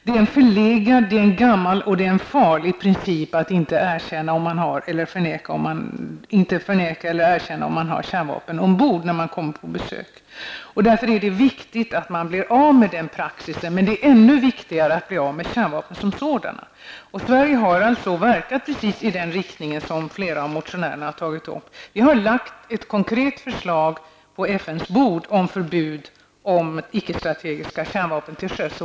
Det är en förlegad, gammal och farlig princip att inte erkänna eller förneka om man har kärnvapen ombord när man kommer på besök. Därför är det viktigt att man blir av med den praxisen, men det är ännu viktigare att bli av med kärnvapnen som sådana. Sverige har alltså verkat för det som flera av motionärerna har tagit upp. Vi har på FNs bord lagt fram ett konkret förslag om förbud mot icke strategiska kärnvapen till sjöss.